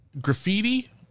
graffiti